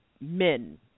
men